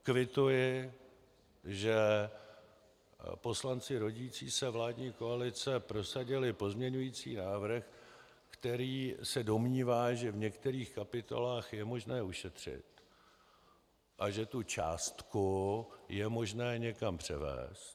Kvituji, že poslanci rodící se vládní koalice prosadili pozměňovací návrh, který se domnívá, že v některých kapitolách je možné ušetřit a že tu částku je možné někam převést.